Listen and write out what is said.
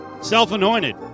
self-anointed